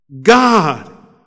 God